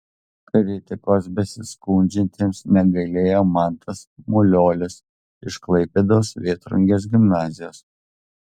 kritikos besiskundžiantiems negailėjo mantas muliuolis iš klaipėdos vėtrungės gimnazijos